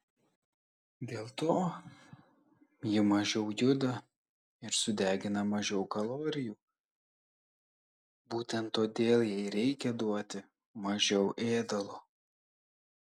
dėl to ji mažiau juda ir sudegina mažiau kalorijų būtent todėl jai reikia duoti mažiau ėdalo